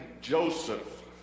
Joseph